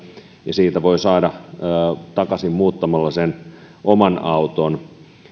ja siitä voi saada takaisin muuttamalla sen oman auton